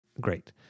Great